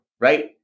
right